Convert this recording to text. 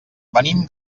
venim